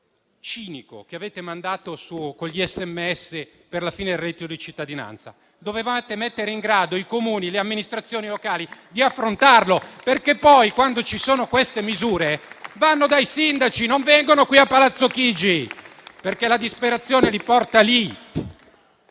cinico che avete mandato con gli SMS per la fine del reddito di cittadinanza. Dovevate mettere in grado i Comuni e le amministrazioni locali di affrontarlo perché, poi quando ci sono queste misure, le persone vanno dai sindaci, perché la disperazione le porta lì,